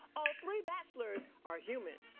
all three bachelors are human.